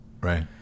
Right